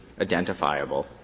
identifiable